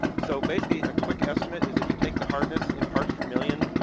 so basically a quick estimate is if you take the hardness in parts per million,